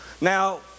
Now